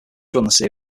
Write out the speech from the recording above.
producer